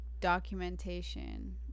documentation